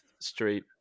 Street